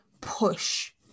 push